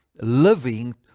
living